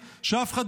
הסתייגויות,